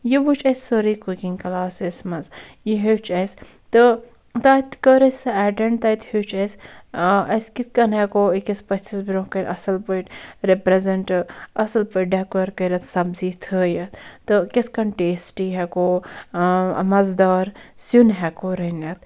یہِ وُچھ اَسہِ سٲری کُکِنٛگ کلاسَس مَنٛز یہِ ہیوٚچھ اَسہِ تہٕ تتھ کٔر اَسہِ ایٚٹینٛڈ تَتہِ ہیوٚچھ اَسہِ اسۍ کِتھٕ کٔنۍ ہیٚکو أکِس پٔژھِس برٛونٛہہ کَنہِ اصٕل پٲٹھۍ رِپریٚزیٚنٹہٕ اصٕل پٲٹھۍ ڈیکور کٔرِتھ سبزی تھٲوِتھ تہٕ کِتھٕ کٔنۍ ٹیسٹی ہیٚکو مَزٕدار سِیُن ہیٚکو رٔنِتھ